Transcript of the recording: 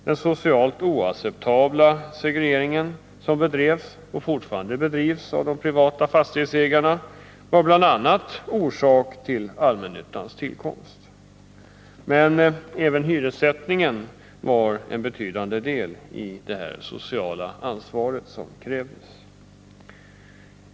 Den socialt oacceptabla segregering som bedrevs — och fortfarande bedrivs av de privata fastighetsägarna — var bl.a. orsak till allmännyttans tillkomst. Men även hyressättningen var en betydande del i detta sociala ansvar som krävdes.